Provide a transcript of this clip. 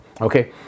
Okay